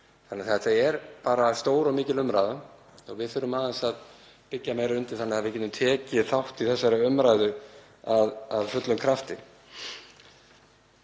Þannig að þetta er stór og mikil umræða og við þurfum aðeins að byggja meira undir hjá okkur þannig að við getum tekið þátt í þessari umræðu af fullum krafti.